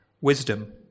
wisdom